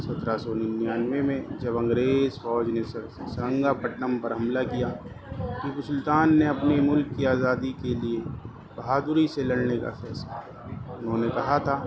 سترہ سو ننانوے میں جب انگریز فوج نے سرنگا پٹنم پر حملہ کیا ٹیپو سلطان نے اپنے ملک کی آزادی کے لیے بہادری سے لڑنے کا فیصلہ کیا انہوں نے کہا تھا